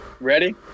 Ready